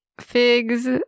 figs